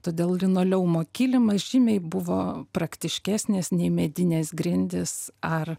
todėl linoleumo kilimas žymiai buvo praktiškesnis nei medinės grindys ar